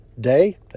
day